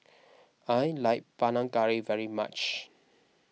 I like Panang Curry very much